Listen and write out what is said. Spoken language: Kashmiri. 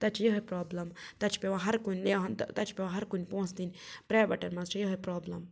تَتہِ چھِ یِہٕے پرٛابلِم تَتہِ چھِ پیٚوان ہرکُنہِ تَتہِ چھِ پیٚوان پونٛسہٕ دِنۍ پرٛاویٹَن منٛز چھےٚ یِہٕے پرٛابلِم